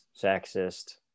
sexist